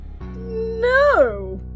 No